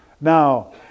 Now